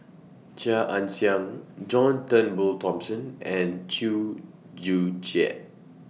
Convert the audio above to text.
Chia Ann Siang John Turnbull Thomson and Chew Joo Chiat